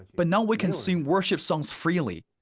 but now we can sing worship songs freely.